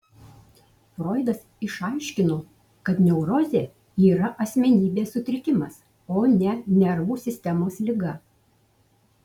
froidas išaiškino kad neurozė yra asmenybės sutrikimas o ne nervų sistemos liga